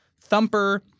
Thumper